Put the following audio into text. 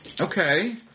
Okay